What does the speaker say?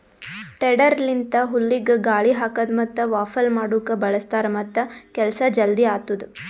tedder ಲಿಂತ ಹುಲ್ಲಿಗ ಗಾಳಿ ಹಾಕದ್ ಮತ್ತ ವಾಫಲ್ ಮಾಡುಕ್ ಬಳ್ಸತಾರ್ ಮತ್ತ ಕೆಲಸ ಜಲ್ದಿ ಆತ್ತುದ್